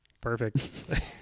perfect